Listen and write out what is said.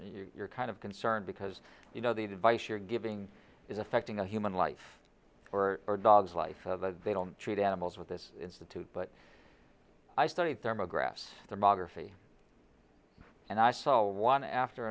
board you're kind of concerned because you know the advice you're giving is affecting a human life or a dog's life they don't treat animals with this institute but i studied their mcgrath's their biography and i saw one after